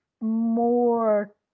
more